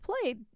played